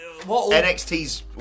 NXT's